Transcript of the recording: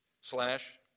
slash